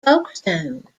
folkestone